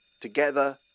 together